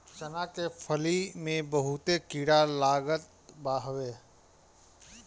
चना के फली में बहुते कीड़ा लागत हवे